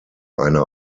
einer